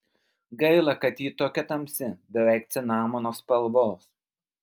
gaila kad ji tokia tamsi beveik cinamono spalvos